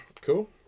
Cool